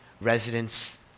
residents